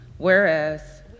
Whereas